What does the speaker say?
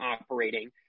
operating